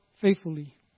faithfully